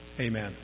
Amen